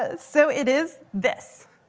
ah so it is this.